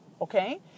Okay